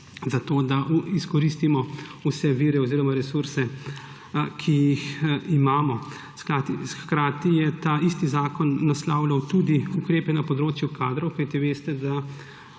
zato da izkoristimo vse vire oziroma resurse, ki jih imamo. Hkrati je ta isti zakon naslavljal tudi ukrepe na področju kadrov, kajti veste, da